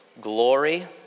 glory